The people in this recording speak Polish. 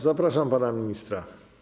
Zapraszam pana ministra.